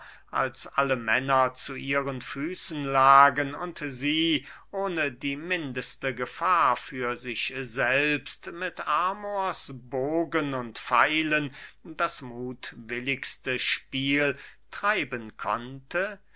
als alle männer zu ihren füßen lagen und sie ohne die mindeste gefahr für sich selbst mit amors bogen und pfeilen das muthwilligste spiel treiben konnte